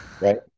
right